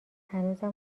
هنوزم